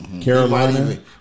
Carolina